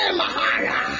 mahara